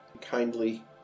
kindly